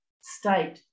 state